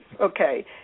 okay